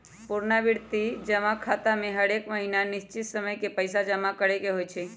पुरनावृति जमा खता में हरेक महीन्ना निश्चित समय के पइसा जमा करेके होइ छै